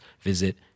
visit